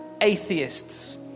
atheists